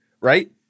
right